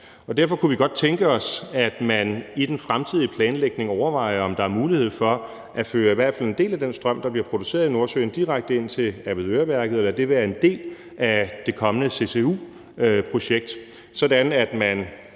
derfor kunne vi godt tænke os, at man i den fremtidige planlægning overvejer, om der er mulighed for at føre i hvert fald en del af den strøm, der bliver produceret i Nordsøen, direkte ind til Avedøreværket og lade det være en del af det kommende CCU-projekt, sådan